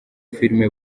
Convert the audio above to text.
filime